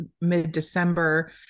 mid-december